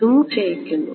ഇതും ക്ഷയിക്കുന്നു